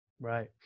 Right